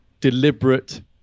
deliberate